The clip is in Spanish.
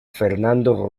fernando